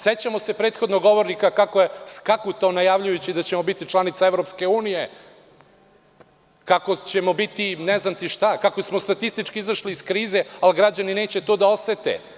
Sećamo se prethodnog govornika kako je skakutao najavljujući da ćemo biti članica EU, kako ćemo biti ne znam ti šta, kako smo statistički izašli iz krize, ali građani neće to da osete.